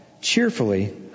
cheerfully